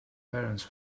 parents